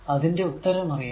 അതിന്റെ ഉത്തരം അറിയാം